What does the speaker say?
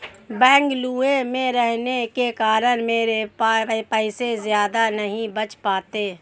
बेंगलुरु में रहने के कारण मेरे पैसे ज्यादा नहीं बच पाते